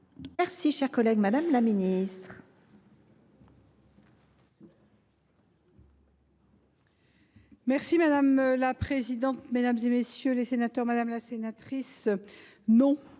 Mes chers collègues, madame la ministre,